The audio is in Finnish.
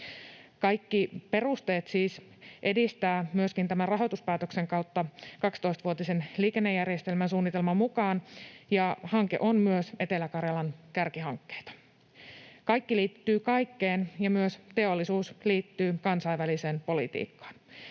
kaikki perusteet edistää myöskin tämän rahoituspäätöksen kautta 12-vuotisen liikennejärjestelmäsuunnitelman mukaan, ja hanke on myös Etelä-Karjalan kärkihankkeita. Kaikki liittyy kaikkeen, ja myös teollisuus liittyy kansainväliseen politiikkaan.